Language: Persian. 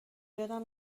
یادم